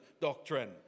doctrine